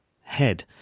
head